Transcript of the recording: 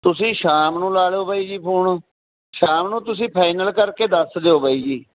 ਤੁਸੀਂ ਸ਼ਾਮ ਨੂੰ ਲਾ ਲਓ ਬਾਈ ਜੀ ਫੋਨ ਸ਼ਾਮ ਨੂੰ ਤੁਸੀਂ ਫਾਈਨਲ ਕਰਕੇ ਦੱਸ ਦਿਓ ਬਾਈ ਜੀ